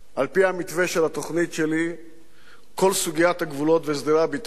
המתווה של התוכנית שלי בכל סוגיית הגבולות והסדרי הביטחון